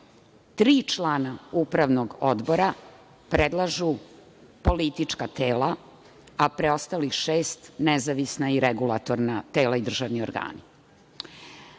tri člana Upravnog odbora predlažu politička tela, a preostalih šest nezavisna i regulatorna tela i državni organi. Šta